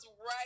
right